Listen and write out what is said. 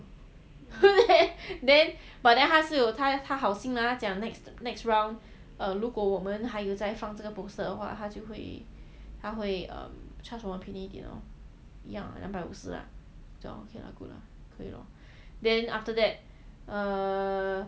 then but then 他是有他好心啊他讲 next round 如果我们还有在放这个 poster 的话他就会他会 charge 我便宜一点 lor 两百五十 lah good lah 可以 then after that err